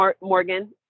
Morgan